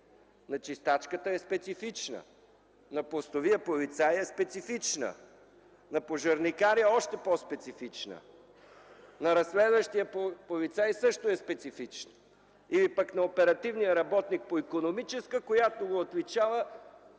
На чистачката е специфична, на постовия полицай е специфична, на пожарникаря – още по-специфична, на разследващия полицай – също е специфична, или пък на оперативния работник по икономическа, която го отличава